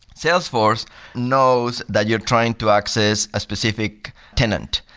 salesforce knows that you're trying to access a specific tenant.